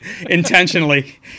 intentionally